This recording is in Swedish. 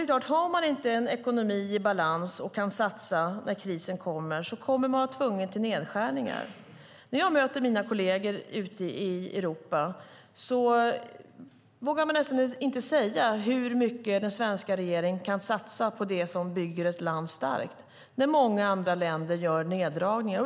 Har man inte en ekonomi i balans och kan satsa när krisen kommer blir man tvungen till nedskärningar. När jag möter mina kolleger ute i Europa vågar jag nästan inte säga hur mycket den svenska regeringen kan satsa på det som bygger ett land starkt när många andra länder gör neddragningar.